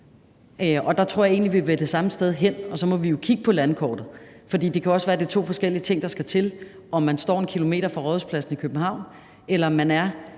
Og der tror jeg egentlig, at vi vil det samme sted hen, og så må vi jo kigge på landkortet, for det kan også være, at det er to forskellige ting, der skal til, om man står 1 km fra Rådhuspladsen i København, eller om man er